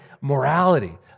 Morality